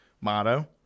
motto